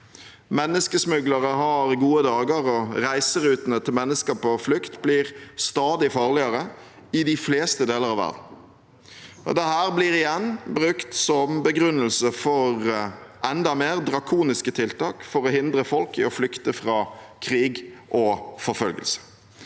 Menneskesmuglere har gode dager, og reiserutene til mennesker på flukt blir stadig farligere i de fleste deler av verden. Dette blir igjen brukt som begrunnelse for enda mer drakoniske tiltak for å hindre folk i å flykte fra krig og forfølgelse.